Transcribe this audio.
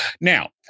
now